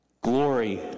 Glory